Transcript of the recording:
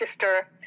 sister